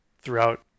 throughout